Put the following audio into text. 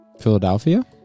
Philadelphia